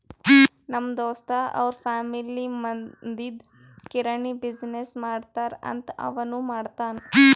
ನಮ್ ದೋಸ್ತ್ ಅವ್ರ ಫ್ಯಾಮಿಲಿ ಮದ್ಲಿಂದ್ ಕಿರಾಣಿ ಬಿಸಿನ್ನೆಸ್ ಮಾಡ್ತಾರ್ ಅಂತ್ ಅವನೂ ಮಾಡ್ತಾನ್